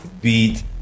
beat